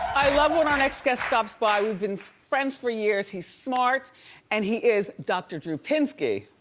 i love when our next guest stops by. we've been friends for years. he's smart and he is dr. drew pinsky.